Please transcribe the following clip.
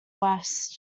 west